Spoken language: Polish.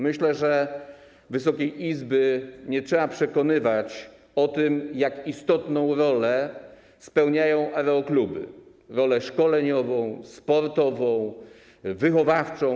Myślę, że Wysokiej Izby nie trzeba przekonywać o tym, jak istotną rolę spełniają aerokluby: rolę szkoleniową, sportową, wychowawczą.